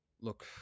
look